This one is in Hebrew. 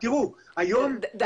תראו, היום --- תודה.